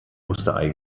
osterei